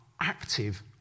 active